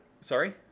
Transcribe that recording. sorry